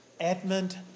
Edmund